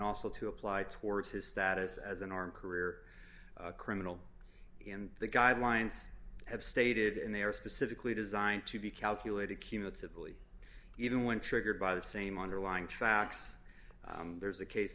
also to apply towards his status as an armed career criminal and the guidelines have stated and they are specifically designed to be calculated cumulatively even when triggered by the same underlying facts there's a case